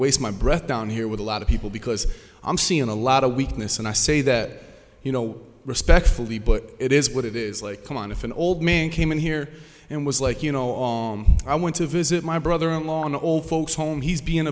waste my breath down here with a lot of people because i'm seeing a lot of weakness and i say that you know respectfully but it is what it is like come on if an old man came in here and was like you know all i want to visit my brother in law in the old folks home he's be